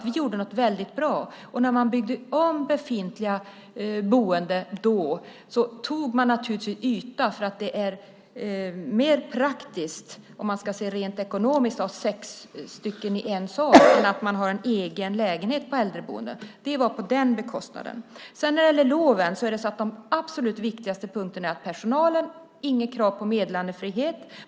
Vi gjorde något väldigt bra. När man byggde om befintliga boenden tog man naturligtvis yta. För det är mer praktiskt, om man ska se det rent ekonomiskt, att ha sex stycken i en sal än att en person har en egen lägenhet på äldreboendet. Det var på bekostnad av det. När det gäller LOV är de absolut viktigaste punkterna följande: Det är inget krav på meddelandefrihet.